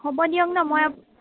হ'ব দিয়ক ন' মই